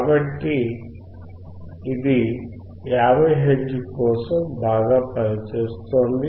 కాబట్టి ఇది 50 హెర్ట్జ్ కోసం బాగా పనిచేస్తోంది